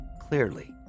clearly